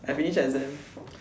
I finished the exam